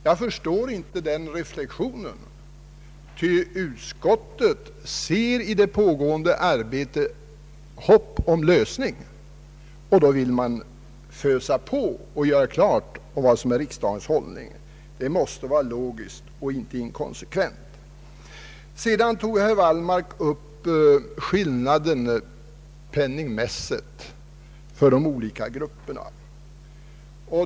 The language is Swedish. Jag förstår inte den reflexionen, ty utskottet ser i det pågående arbetet hopp om lösning, och då vill man fösa på och göra klart vad som är riksdagens hållning. Det måste vara logiskt och inte inkonsekvent. Sedan tog herr Wallmark upp den penningmässiga skillnaden för de olika grupperna.